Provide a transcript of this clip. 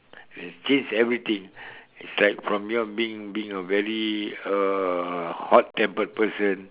it change everything is like from you all being being a very hot tempered person